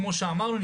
כמו שאמרנו,